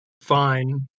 fine